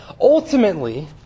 ultimately